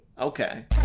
Okay